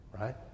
right